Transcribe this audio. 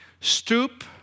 Stoop